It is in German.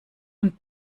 und